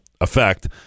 effect